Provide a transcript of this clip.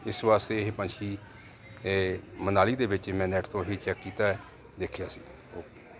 ਇਸ ਵਾਸਤੇ ਇਹ ਪੰਛੀ ਏ ਮਨਾਲੀ ਦੇ ਵਿੱਚ ਮੈਂ ਨੈਟ ਤੋਂ ਹੀ ਚੈੱਕ ਕੀਤਾ ਹੈ ਦੇਖਿਆ ਸੀ ਓਕੇ